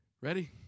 Ready